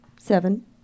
Seven